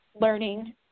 learning